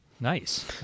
Nice